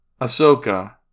Ahsoka